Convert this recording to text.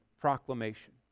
proclamation